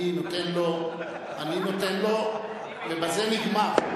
אני נותן לו, ובזה זה נגמר.